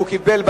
והוא קיבל,